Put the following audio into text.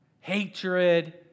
hatred